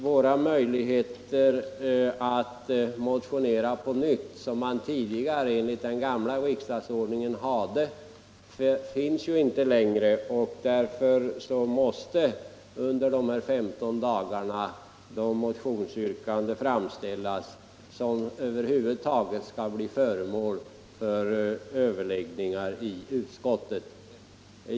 De möjligheter att motionera på nytt som förelåg enligt den gamla riksdagsordningen finns ju inte längre, och därför måste under de 15 dagar som motionstiden omfattar de motionsyrkanden framställas som över huvud taget kan bli föremål för överläggningar i utskottet.